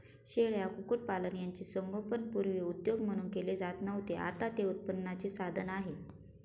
शेळ्या, कुक्कुटपालन यांचे संगोपन पूर्वी उद्योग म्हणून केले जात नव्हते, आता ते उत्पन्नाचे साधन आहे